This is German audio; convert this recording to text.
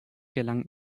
gelang